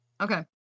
Okay